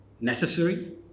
necessary